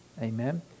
Amen